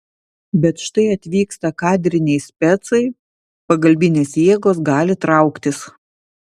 bet štai atvyksta kadriniai specai pagalbinės jėgos gali trauktis